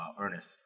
Ernest